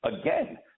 again